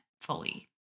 fully